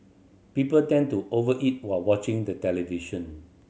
people tend to over eat were watching the television